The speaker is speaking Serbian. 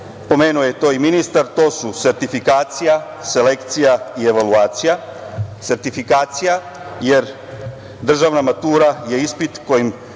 pomenuo je to i ministar, to su sertifikacija, selekcija i evaluacija. Sertifikacija, jer državna matura je ispit kojim